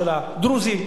מד'הב, של הדרוזים,